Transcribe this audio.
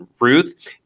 Ruth